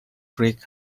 creek